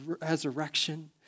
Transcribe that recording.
resurrection